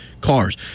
cars